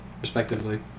respectively